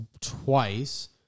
twice